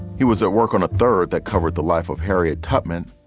he was at work on a third that covered the life of harriet tubman.